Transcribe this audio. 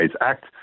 act